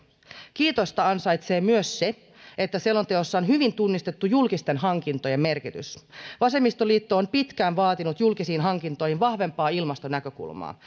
kiitosta ansaitsee myös se että selonteossa on hyvin tunnistettu julkisten hankintojen merkitys vasemmistoliitto on pitkään vaatinut julkisiin hankintoihin vahvempaa ilmastonäkökulmaa